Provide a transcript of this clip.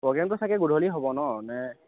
প্ৰগেমটো চাগৈ গধূলি হ'ব ন নে